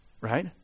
Right